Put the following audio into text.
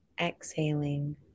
exhaling